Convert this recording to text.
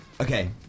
okay